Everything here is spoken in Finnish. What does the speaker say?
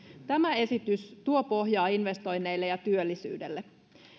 tämä esitys tuo pohjaa investoinneille ja työllisyydelle